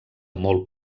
molt